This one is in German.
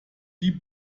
die